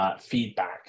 feedback